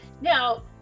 Now